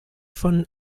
von